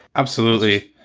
absolutely.